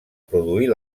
produir